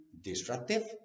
disruptive